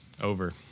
Over